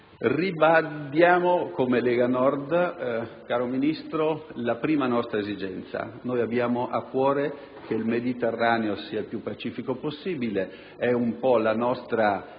come Gruppo della Lega Nord, caro Ministro, la prima nostra esigenza: abbiamo a cuore che il Mediterraneo sia il più pacifico possibile. È un po' la nostra